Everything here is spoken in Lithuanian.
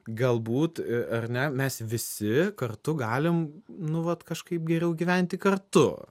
galbūt ar ne mes visi kartu galim nu vat kažkaip geriau gyventi kartu